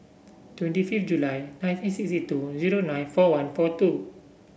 twenty fifth July nineteen sixty two zero nine four one four two